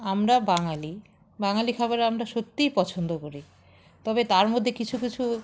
আমরা বাঙালি বাঙালি খাবার আমরা সত্যিই পছন্দ করি তবে তার মধ্যে কিছু কিছু